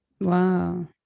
wow